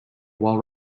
while